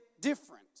different